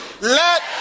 Let